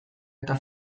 eta